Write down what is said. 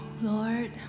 Lord